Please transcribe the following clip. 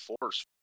force